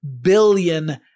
billion